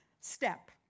step